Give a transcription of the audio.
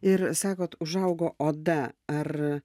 ir sakot užaugo oda ar